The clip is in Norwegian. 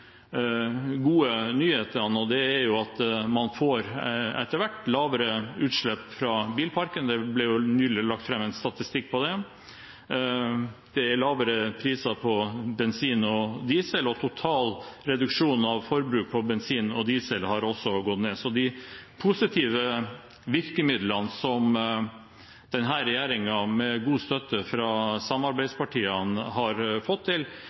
gode nyhetene, og det er at man etter hvert får lavere utslipp fra bilparken, det ble nylig lagt fram en statistikk på det. Det er lavere priser på bensin og diesel, og total reduksjon av forbruk av bensin og diesel har også gått ned. Så de positive virkemidlene som denne regjeringen med god støtte fra samarbeidspartiene har fått til,